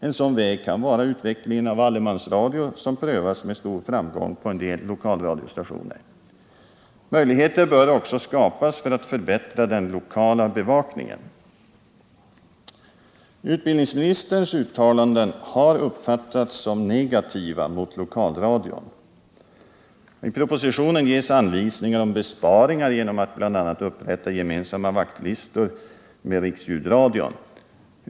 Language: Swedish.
En sådan väg kan vara utvecklingen av allemansradio, som prövas med stor framgång på en del lokalradiostationer. Möjligheter bör också skapas för att förbättra den lokala bevakningen. Utbildningsministerns uttalanden har uppfattats som negativa mot lokalradion. I propositionen ges anvisningar om besparingar genom att bl.a. upprätta gemensamma vaktlistor med riksljudradion.